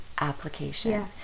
application